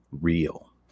real